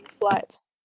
Flights